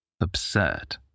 absurd